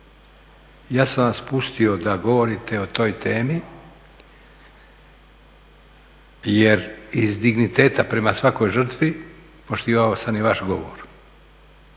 Ja sam vas pustio da govorite o toj temi jer iz digniteta prema svakoj žrtvi poštivao sam i vaš govor